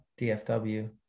DFW